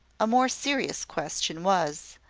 a more serious question was,